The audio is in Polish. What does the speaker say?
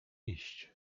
iść